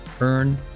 Earn